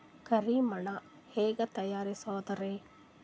ಕರಿ ಮಣ್ ಹೆಂಗ್ ತಯಾರಸೋದರಿ?